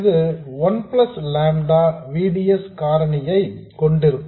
இது one plus lambda V D S காரணியை கொண்டிருக்கும்